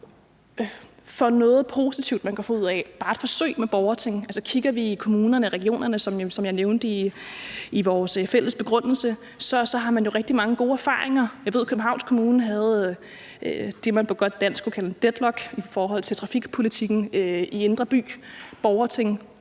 for noget positivt, man kan få ud af bare et forsøg med borgerting. Altså, kigger vi i kommunerne og regionerne, som jeg nævnte i vores fælles begrundelse, har man jo rigtig mange gode erfaringer. Jeg ved, at Københavns Kommune havde det, man på godt dansk kunne kalde en deadlock, i forhold til trafikpolitikken i indre by. Borgerting